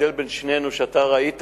ההבדל בין שנינו שאתה ראית,